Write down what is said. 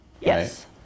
Yes